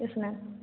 yes ma'am